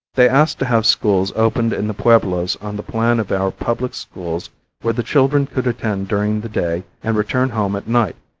they asked to have schools opened in the pueblos on the plan of our public schools where the children could attend during the day and return home at night,